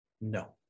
No